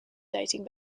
dating